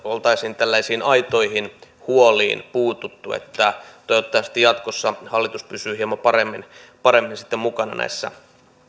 oltaisiin tällaisiin aitoihin huoliin puututtu toivottavasti jatkossa hallitus pysyy hieman paremmin paremmin sitten mukana näissä